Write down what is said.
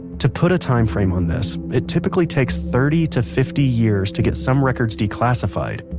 to put a time frame on this it typically takes thirty to fifty years to get some records declassified,